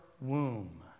womb